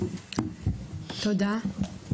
תודה.